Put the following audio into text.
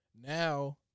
now